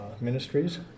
Ministries